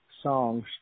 songs